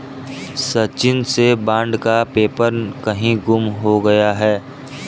सचिन से बॉन्ड का पेपर कहीं गुम हो गया है